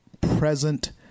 present